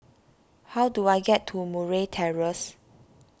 how do I get to Murray Terrace